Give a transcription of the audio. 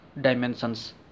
dimensions